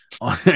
on